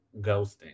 ghosting